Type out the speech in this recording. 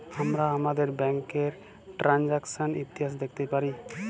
আমরা আমাদের ব্যাংকের টেরানযাকসন ইতিহাস দ্যাখতে পারি